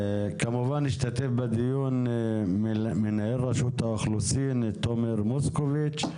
השתתף בדיון מנכ"ל רשות האוכלוסין תומר מוקוביץ',